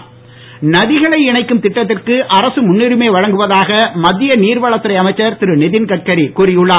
நதிகள் இணைப்பு நதிகளை இணைக்கும் திட்டத்திற்கு அரசு முன்னுரிமை வழங்குவதாக மத்திய நீர்வளத்துறை அமைச்சர் திரு நிதின்கட்கரி கூறி உள்ளார்